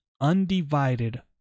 undivided